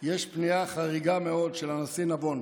יש פנייה חריגה מאוד של הנשיא נבון.